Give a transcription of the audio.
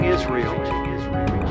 Israel